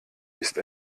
ist